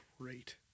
great